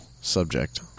subject